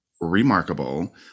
remarkable